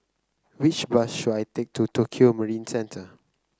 which bus should I take to Tokio Marine Centre